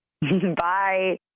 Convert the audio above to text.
Bye